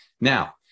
Now